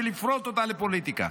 ולפרוט אותה לפוליטיקה.